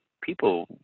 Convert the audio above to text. people